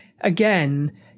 again